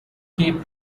cape